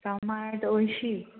टमाट अंयशीं